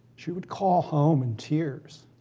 she would call home in tears